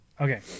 Okay